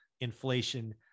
inflation